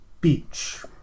beach